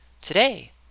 Today